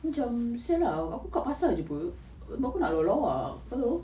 aku macam [sial] lah aku kat pasar jer [pe] buat apa nak lawa-lawa hello